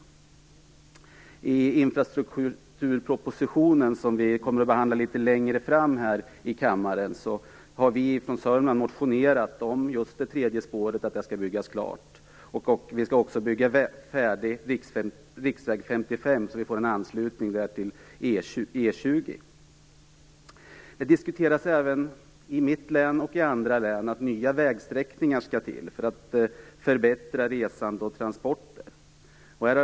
I anslutning till infrastrukturpropositionen, som skall behandlas litet längre fram här i kammaren, har vi från Södermanland motionerat om att det tredje spåret skall byggas klart. Vi vill också att riksväg 55 skall byggas färdig, så att det skapas en anslutning till I mitt län och i andra län diskuteras behov av nya vägsträckningar för att förbättra person och godstrafik.